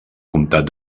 comtat